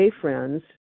friends